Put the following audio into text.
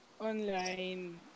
Online